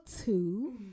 two